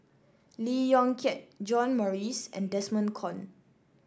Lee Yong Kiat John Morrice and Desmond Kon